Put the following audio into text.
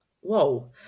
Whoa